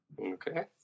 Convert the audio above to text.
Okay